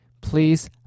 please